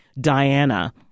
Diana